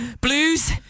Blues